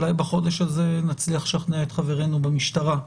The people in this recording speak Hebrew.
אולי בחודש הזה נצליח לשכנע את חברינו במשטרה.